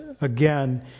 again